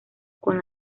con